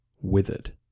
withered